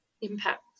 impact